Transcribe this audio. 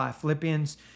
Philippians